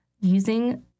using